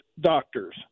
doctors